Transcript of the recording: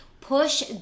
push